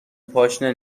پاشنه